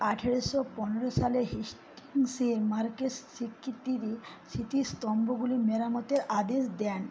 আঠেরোশো পনেরো সালে হেস্টিংসের মার্কেস সেক্রেটারি স্মৃতিস্তম্ভগুলি মেরামতের আদেশ দেন